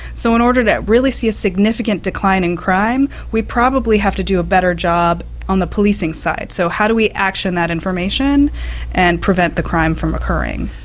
so in order to really see a significant decline in crime we probably have to do a better job on the policing side. so how do we action that information and prevent the crime from occurring?